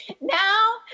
now